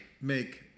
Make